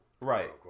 Right